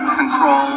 control